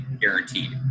guaranteed